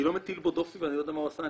אני לא מטיל בו דופי ואני לא יודע מה הוא עשה,